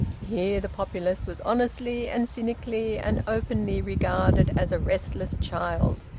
here the populace was honestly and cynically and openly regarded as a restless child,